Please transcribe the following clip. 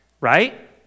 right